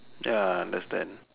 ya understand